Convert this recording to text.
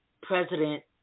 President